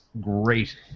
great